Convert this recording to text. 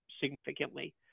significantly